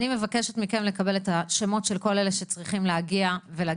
אני מבקשת מכם לקבל את כל השמות של כל אלה שצריכים להגיע ולגשת.